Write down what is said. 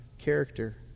character